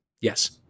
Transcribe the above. Yes